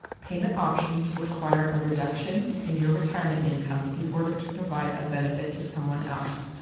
payment options require a reduction in your retirement income in order to provide a benefit to someone else.